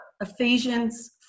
Ephesians